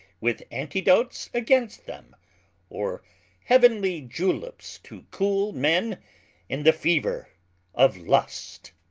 with antidotes against them or heavenly julips to cool men in the fever of lust.